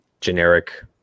generic